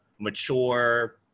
mature